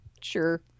sure